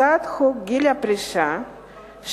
הצעת חוק גיל פרישה (תיקון,